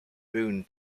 boone